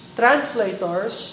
translators